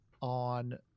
on